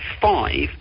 five